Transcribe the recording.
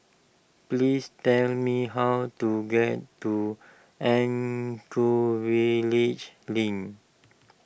please tell me how to get to Link